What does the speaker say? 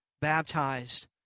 baptized